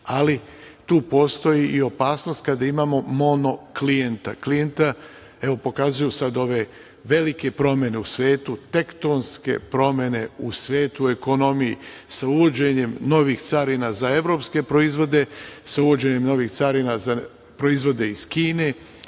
ali tu postoji i opasnost kada imao mono klijenta. Evo, pokazuju sad ove velike promene u svetu, tektonske promene u svetu i ekonomiji sa uvođenjem novih carina za evropske proizvode, sa uvođenjem novih carina za proizvode iz Kine,